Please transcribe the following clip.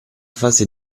fase